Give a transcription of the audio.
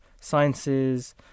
sciences